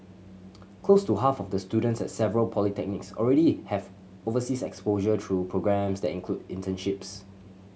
close to half of the students at several polytechnics already have overseas exposure through programmes that include internships